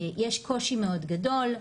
יש קושי מאוד גדול.